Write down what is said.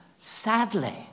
sadly